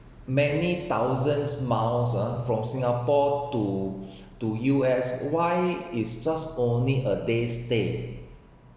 many thousands miles uh from singapore to to U_S why is just only a day stay